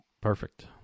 Perfect